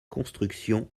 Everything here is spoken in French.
construction